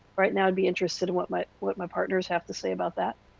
right now i would be interested in what my what my partners have to say about that.